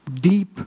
deep